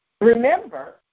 remember